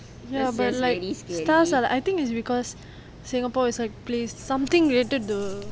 ya but like stars are like I think is because singapore is a place something related to